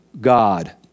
God